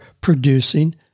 producing